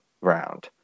round